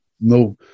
no